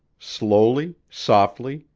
slowly, softly,